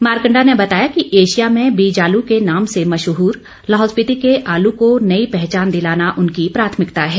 मारकंडा ने बताया कि एशिया में बीज आलू के नाम से मशहूर लाहौल स्पीति के आलू को नई पहचान दिलाना उनकी प्राथमिकता है